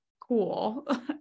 cool